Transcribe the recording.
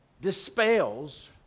dispels